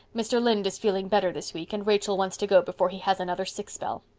mr. lynde is feeling better this week and rachel wants to go before he has another sick spell.